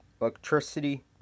electricity